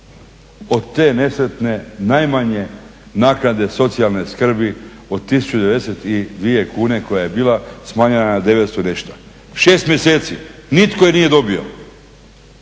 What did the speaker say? Od te nesretne najmanje naknade socijalne skrbi, od 1092 kune koja je bila, smanjena je na 900 i nešto. 6 mjeseci nitko je nije dobio,